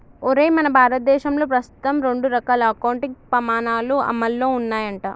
ఒరేయ్ మన భారతదేశంలో ప్రస్తుతం రెండు రకాల అకౌంటింగ్ పమాణాలు అమల్లో ఉన్నాయంట